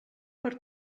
per